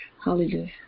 Hallelujah